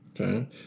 Okay